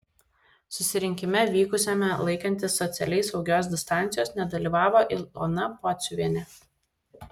susirinkime vykusiame laikantis socialiai saugios distancijos nedalyvavo ilona pociuvienė